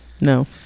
No